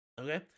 okay